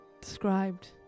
described